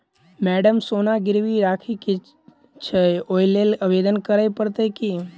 Madam सोना गिरबी राखि केँ छैय ओई लेल आवेदन करै परतै की?